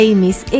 Amy's